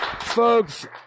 folks